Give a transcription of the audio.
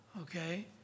okay